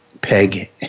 Peg